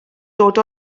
dod